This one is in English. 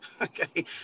Okay